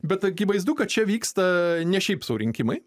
bet akivaizdu kad čia vyksta ne šiaip sau rinkimai